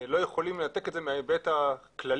לא יכולים לנתק את זה מההיבט הכללי,